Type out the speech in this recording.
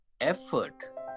effort